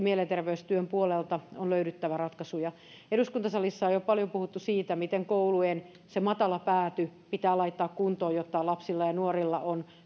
mielenterveystyön puolelta on löydyttävä ratkaisuja eduskuntasalissa on jo paljon puhuttu siitä miten koulujen se matala pääty pitää laittaa kuntoon jotta lapsilla ja nuorilla on